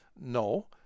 No